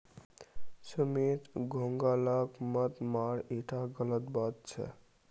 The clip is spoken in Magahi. सुमित घोंघा लाक मत मार ईटा गलत बात छ